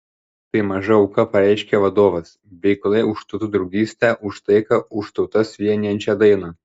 tai maža auka pareiškė vadovas veikloje už tautų draugystę už taiką už tautas vienijančią dainą